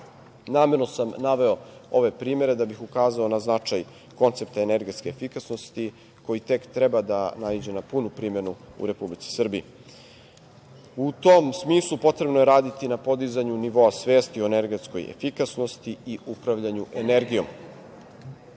sam naveo ove primere da bih ukazao na koncepte energetske efikasnosti koji tek treba da naiđe na punu primenu u Republici Srbiji.U tom smislu potrebno je raditi na podizanju nivoa svesti o energetskoj efikasnosti i upravljanju energijom. Kada